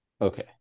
Okay